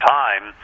time